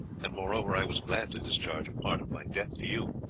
and moreover i was glad to discharge a part of my debt to you.